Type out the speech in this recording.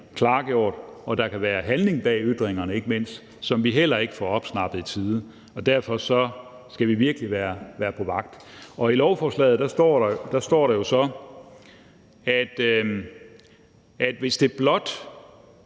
mindst, at der kan være handling bag ytringerne, som vi heller ikke får opsnappet i tide. Og derfor skal vi virkelig være på vagt. I lovforslaget står der så, at hvis det blot